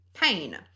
pain